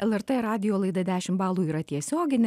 lrt radijo laida dešimt balų yra tiesioginė